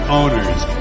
owners